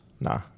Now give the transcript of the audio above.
nah